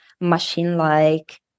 machine-like